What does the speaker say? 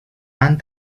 han